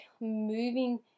moving